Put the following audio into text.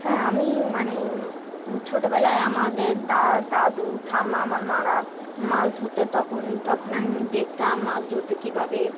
হ্যাঁ আমি মানে ছোটোবেলায় আমাদের দা দাদু ঠাম্মা আমার মারা মাছ ধরতো তখন তখন আমি দেখতাম মাছ ধরতো কীভাবে